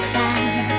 time